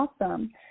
awesome